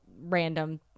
random